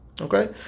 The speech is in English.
Okay